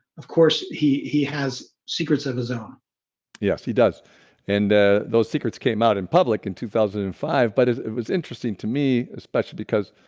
of course he he has secrets of his own yes, he does and ah those secrets came out in public in two thousand and five, but it was interesting to me, especially because